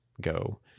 go